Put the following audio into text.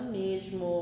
mesmo